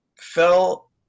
fell